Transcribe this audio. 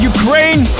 Ukraine